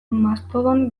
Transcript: mastodon